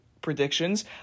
predictions